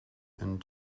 and